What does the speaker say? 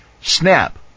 Snap